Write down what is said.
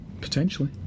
Potentially